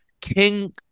King